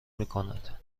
میکنند